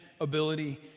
ability